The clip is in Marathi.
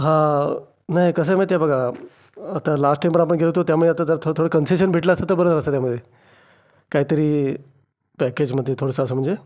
हा नाही कसं आहे माहिती आहे बघा आता लास्ट टाईम पण आपण गेलो होतो त्यामुळे आता जरा थोडं थोडं कन्सेशन भेटलं असतं तर बरं झालं असतं त्यामध्ये काहीतरी पॅकेजमध्ये थोडंसं असं म्हणजे